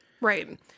Right